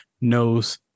knows